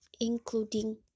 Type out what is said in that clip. including